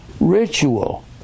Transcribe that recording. Ritual